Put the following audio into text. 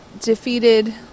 defeated